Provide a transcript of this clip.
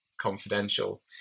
confidential